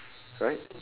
right